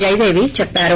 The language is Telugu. జయదేవి చెప్పారు